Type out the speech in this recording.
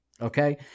Okay